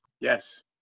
Yes